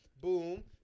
Boom